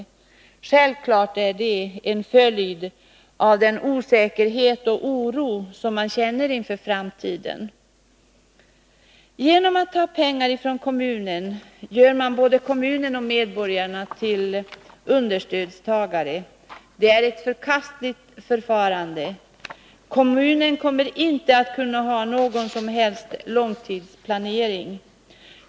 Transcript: Självfallet är det en följd av den osäkerhet och den oro som man känner inför framtiden. Genom att ta pengar från kommunen gör man både kommunen och medborgarna till understödstagare. Det är ett förkastligt förfarande. Kommunen kommer inte att kunna ha någon som helst långtidsplanering.